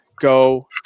Go